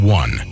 one